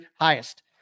highest